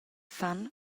fan